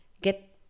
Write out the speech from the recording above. get